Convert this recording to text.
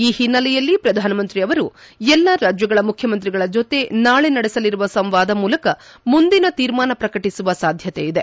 ಈ ಹಿನ್ನೆಲೆಯಲ್ಲಿ ಪ್ರಧಾನಮಂತ್ರಿ ಅವರು ಎಲ್ಲಾ ರಾಜ್ಯಗಳ ಮುಖ್ಯಮಂತ್ರಿಗಳ ಜೊತೆ ನಾಳೆ ನಡೆಸಲಿರುವ ಸಂವಾದ ಮೂಲಕ ಮುಂದಿನ ತೀರ್ಮಾನ ಪ್ರಕಟಿಸುವ ಸಾಧ್ಯತೆ ಇದೆ